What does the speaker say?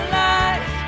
life